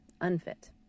unfit